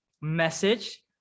message